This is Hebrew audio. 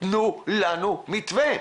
תנו לנו מתווה.